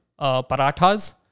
parathas